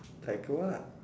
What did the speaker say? quite cool lah